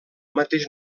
mateix